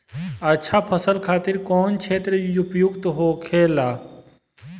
अच्छा फसल खातिर कौन क्षेत्र उपयुक्त होखेला?